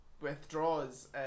withdraws